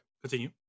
Continue